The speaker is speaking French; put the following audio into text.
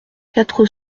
quatre